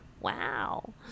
Wow